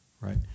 right